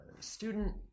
student